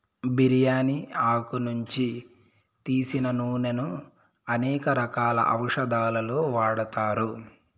బిర్యాని ఆకు నుంచి తీసిన నూనెను అనేక రకాల ఔషదాలలో వాడతారు